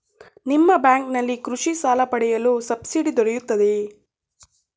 ನಿಮ್ಮ ಬ್ಯಾಂಕಿನಲ್ಲಿ ಕೃಷಿ ಸಾಲ ಪಡೆಯಲು ಸಬ್ಸಿಡಿ ದೊರೆಯುತ್ತದೆಯೇ?